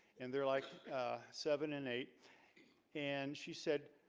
and they're like seven and eight and she said